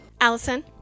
Allison